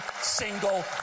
single